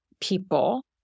people